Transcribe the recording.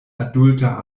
adulta